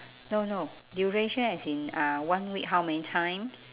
no no duration as in uh one week how many times